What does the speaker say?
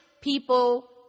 people